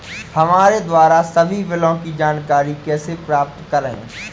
हमारे द्वारा सभी बिलों की जानकारी कैसे प्राप्त करें?